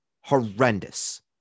horrendous